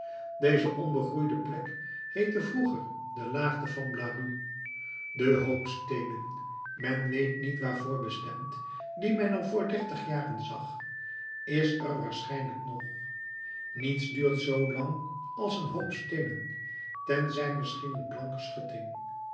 deze onbegroeide plek heette vroeger de laagte blaru de hoop steenen men weet niet waarvoor bestemd die men er vr dertig jaren zag is er waarschijnlijk nog niets duurt zoo lang als een hoop steenen tenzij misschien een planken schutting